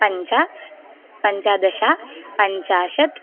पञ्च पञ्चदश पञ्चाशत्